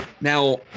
Now